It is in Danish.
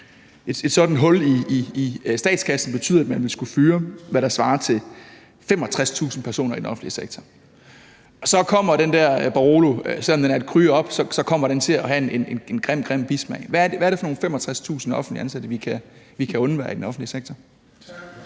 et sådant hul i statskassen betyde, at man vil skulle fyre, hvad der svarer til 65.000 personer i den offentlige sektor, og så kommer den der Barolo, selv om den er gået en cru op, til at have en grim, grim bismag. Hvad er det for nogle 65.000 ansatte, vi kan undvære i den offentlige sektor? Kl.